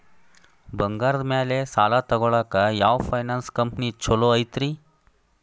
ಬಂಗಾರದ ಮ್ಯಾಲೆ ಸಾಲ ತಗೊಳಾಕ ಯಾವ್ ಫೈನಾನ್ಸ್ ಕಂಪನಿ ಛೊಲೊ ಐತ್ರಿ?